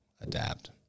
adapt